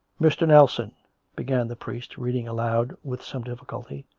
mr. nelson began the priest, reading aloud with some difficulty,